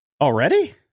already